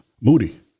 Moody